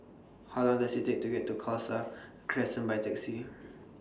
How Long Does IT Take to get to Khalsa Crescent By Taxi